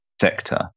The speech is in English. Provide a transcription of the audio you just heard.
sector